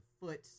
foot